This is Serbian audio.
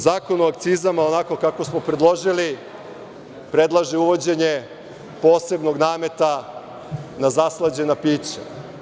Zakon o akcizama, onako kako smo predložili, predlaže uvođenje posebnog nameta na zaslađena pića.